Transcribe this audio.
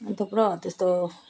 अनि थुप्रो हो त्यस्तो